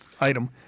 item